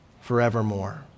forevermore